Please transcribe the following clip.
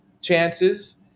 chances